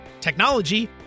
technology